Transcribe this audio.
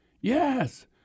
Yes